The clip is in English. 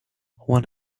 one